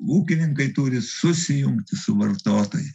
ūkininkai turi susijungti su vartotojais